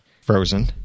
Frozen